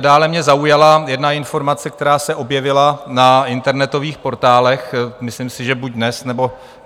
Dále mě zaujala jedna informace, která se objevila na internetových portálech, myslím si, že buď dnes,